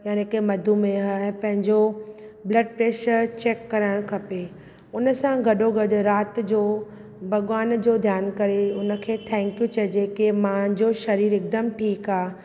यानि कि मधुमेह पंहिंजो ब्लड प्रेशर चेक कराइणु खपे उन सां गॾोगॾु रात जो भॻवान जो ध्यानु करे उन खे थैंक यू चइजे कि मुंहिंजो शरीरु हिकु दमु ठीक आ